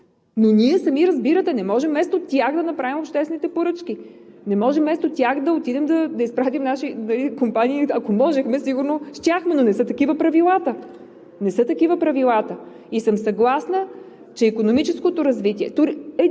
Сами разбирате, че не може вместо тях да направим обществените поръчки, не може вместо тях да отидем да изпратим наши компании, а ако можехме, сигурно щяхме, но не са такива правилата. Не са такива правилата! Аз не съм съгласна, че в икономическото развитие